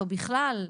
או בכלל?